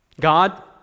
God